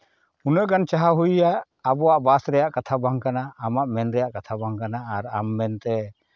ᱩᱱᱟᱹᱜ ᱜᱟᱱ ᱪᱟᱦᱟᱣ ᱦᱩᱭᱟᱭᱟ ᱟᱵᱚᱣᱟᱜ ᱵᱟᱥ ᱨᱮᱭᱟᱜ ᱠᱟᱛᱷᱟ ᱵᱟᱝ ᱠᱟᱱᱟ ᱟᱢᱟᱜ ᱢᱮᱱ ᱨᱮᱭᱟᱜ ᱠᱟᱛᱷᱟ ᱵᱟᱝ ᱠᱟᱱᱟ ᱟᱨ ᱟᱢ ᱢᱮᱱᱛᱮ